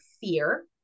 fear